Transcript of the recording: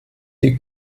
die